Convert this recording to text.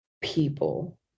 people